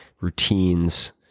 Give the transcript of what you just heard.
routines